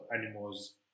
animals